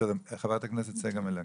חברת הכנסת צגה מלקו.